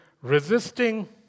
resisting